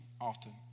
often